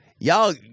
y'all